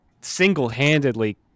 single-handedly